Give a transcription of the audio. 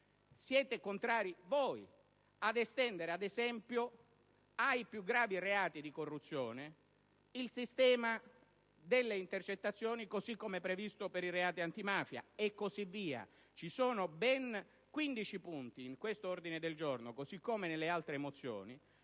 Siete contrari, voi, ad estendere, ad esempio, ai più gravi reati di corruzione il sistema delle intercettazioni, così come previsto per i reati antimafia. Ci sono ben quindici punti in questo ordine del giorno, così come nelle altre mozioni,